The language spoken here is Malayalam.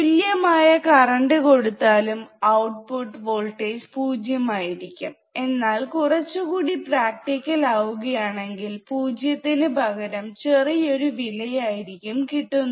തുല്യമായ കറണ്ട് കൊടുത്താലും ഔട്ട്പുട്ട് വോൾട്ടേജ് പൂജ്യമായിരിക്കും എന്നാൽ കുറച്ചു കൂടി പ്രാക്ടിക്കൽ ആവുകയാണെങ്കിൽ പൂജ്യത്തിനു പകരം ചെറിയൊരു വിലയായിരിക്കും കിട്ടുന്നത്